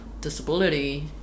disability